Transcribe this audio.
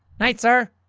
night sir.